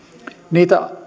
niitä